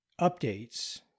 updates